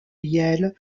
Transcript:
yale